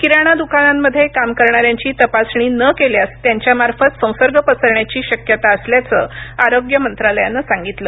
किराणा द्कानांमध्ये काम करणाऱ्यांची तपासणी न केल्यास त्यांच्यामार्फत संसर्ग पसरण्याची शक्यता असल्याचं आरोग्य मंत्रालयानं सांगितलं